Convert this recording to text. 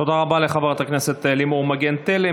תודה רבה לחברת הכנסת לימור מגן תלם.